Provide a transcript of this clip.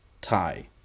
Tie